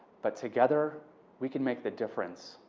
but together we can make the difference.